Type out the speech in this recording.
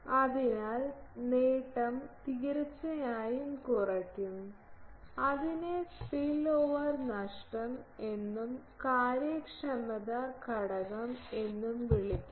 അതിനാൽ നേട്ടം തീർച്ചയായും കുറയ്ക്കും അതിനെ സ്പില്ലോവർ നഷ്ടം എന്നും കാര്യക്ഷമത ഘടകം എന്നും വിളിക്കുന്നു